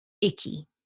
icky